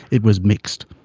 it was mixed.